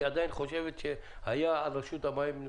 שהיא עדיין חושבת שזה היה על רשות המים.